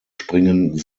springen